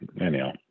anyhow